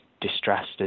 distressed